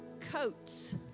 coats